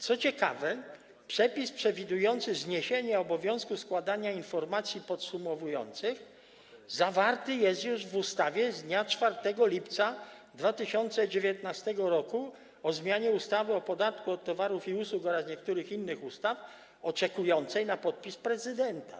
Co ciekawe, przepis przewidujący zniesienie obowiązku składania informacji podsumowujących zawarty jest już w ustawie z dnia 4 lipca 2019 r. o zmianie ustawy o podatku od towarów i usług oraz niektórych innych ustaw, która oczekuje na podpis prezydenta.